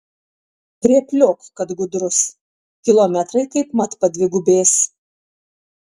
rėpliok kad gudrus kilometrai kaip mat padvigubės